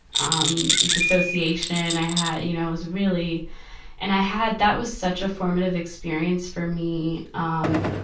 um, dissociation. i had, you know, it's really and i had, that was such a formative experience for me, um,